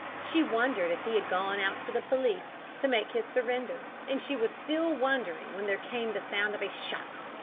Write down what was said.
she wondered if he had gone out to the police, to make his surrender, and she was still wondering when there came the sound of a shot.